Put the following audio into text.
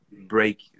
break